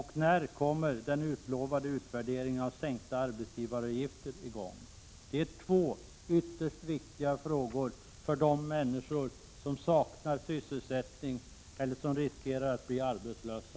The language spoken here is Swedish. När kommer den utlovade utvärderingen av en sänkning av arbetsgivaravgifterna i gång? Det är två frågor som är ytterst viktiga för de människor i våra glesbygder som saknar sysselsättning eller som riskerar att bli arbetslösa.